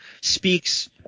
speaks